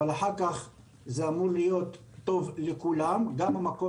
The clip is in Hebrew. אבל אחר כך זה אמור להיות טוב לכולם גם המקום